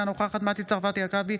אינה נוכחת מטי צרפתי הרכבי,